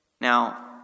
Now